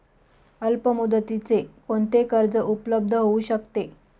अल्पमुदतीचे कोणते कर्ज उपलब्ध होऊ शकते?